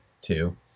two